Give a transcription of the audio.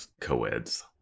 coeds